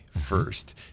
first